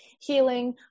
healing